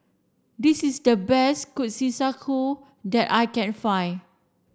this is the best Kushikatsu that I can find